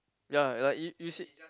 ya like you you said